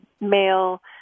male